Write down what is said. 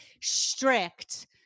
strict